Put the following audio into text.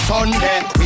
Sunday